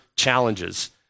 challenges